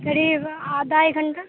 قریب آدھا ایک گھنٹہ